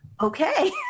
okay